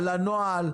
על הנוהל,